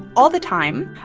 all the time,